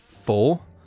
Four